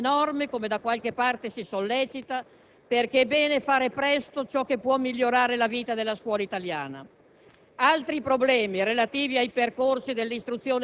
Non sarebbe opportuno rinviare l'applicazione delle nuove norme, come da qualche parte si sollecita, perché è bene fare presto ciò che può migliorare la vita della scuola italiana.